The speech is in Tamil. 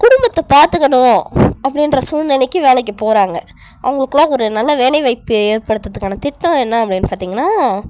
குடும்பத்தை பார்த்துக்கணும் அப்படின்ற சூழ்நிலைக்கு வேலைக்கு போகிறாங்க அவங்களுக்குல்லாம் ஒரு நல்ல வேலைவாய்ப்பு ஏற்படுத்துகிறத்துக்கான திட்டம் என்ன அப்டின்னு பாத்தீங்கன்னா